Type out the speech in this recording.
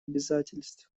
обязательств